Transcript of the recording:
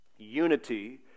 Unity